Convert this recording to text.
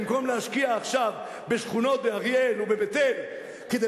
במקום להשקיע עכשיו בשכונות באריאל או בבית-אל כדי